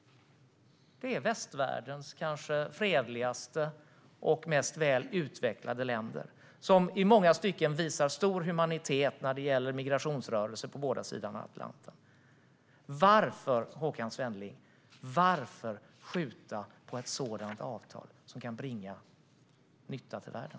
Det här handlar om västvärldens kanske fredligaste och mest välutvecklade länder, som i många stycken visar stor humanitet när det gäller migrationsrörelser på båda sidor av Atlanten. Varför, Håkan Svenneling, vill ni skjuta på ett sådant avtal, som kan bringa nytta till världen?